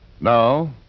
No